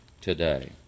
today